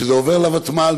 כשזה עובר לוותמ"ל,